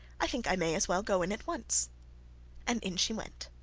i think i may as well go in at once and in she went.